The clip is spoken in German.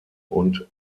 und